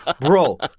bro